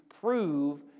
prove